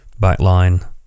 backline